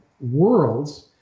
worlds